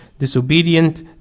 disobedient